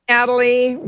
Natalie